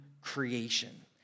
creation